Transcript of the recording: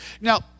Now